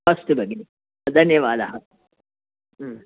अस्तु भगिनि धन्यवादः